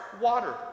Water